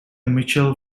mitchell